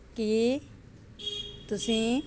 ਕੀ ਤੁਸੀਂ